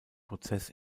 prozess